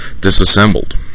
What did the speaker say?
Disassembled